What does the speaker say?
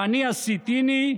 ואני עשיתיני,